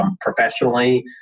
professionally